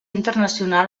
internacional